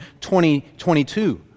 2022